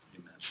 amen